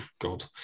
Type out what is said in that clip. god